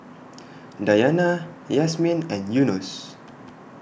Dayana Yasmin and Yunos